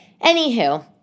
Anywho